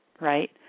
right